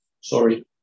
sorry